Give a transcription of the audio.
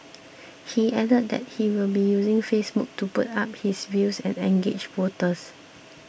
he added that he will be using Facebook to put up his views and engage voters